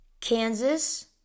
Kansas